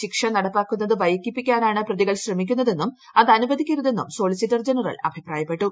ശിക്ഷ നടപ്പാക്കുന്നത് വൈകിപ്പിക്കാനാണ് പ്രതികൾ ശ്രമിക്കുന്നതെന്നും അതനുവദിക്കരുതെന്നും സോളിസിറ്റർ ജനറൽ അഭിപ്രായപ്പെട്ടു